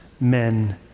men